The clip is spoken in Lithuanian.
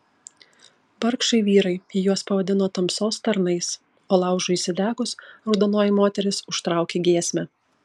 vargšai vyrai ji juos pavadino tamsos tarnais o laužui įsidegus raudonoji moteris užtraukė giesmę